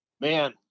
man